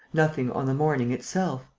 nothing on the morning itself.